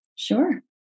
Sure